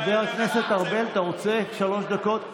חבר הכנסת ארבל, אתה רוצה שלוש דקות?